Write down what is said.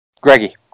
Greggy